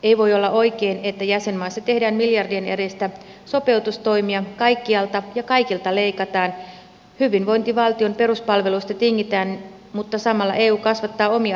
ei voi olla oikein että jäsenmaissa tehdään miljardien edestä sopeutustoimia kaikkialta ja kaikilta leikataan hyvinvointivaltion peruspalveluista tingitään mutta samalla eu kasvattaa omia hallinnollisia menojaan